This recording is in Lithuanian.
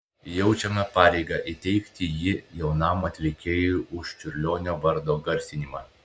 jaučiame pareigą įteikti jį jaunam atlikėjui už čiurlionio vardo garsinimą